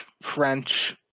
French